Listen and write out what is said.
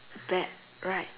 bad right